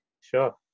Sure